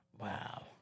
Wow